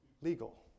legal